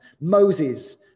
Moses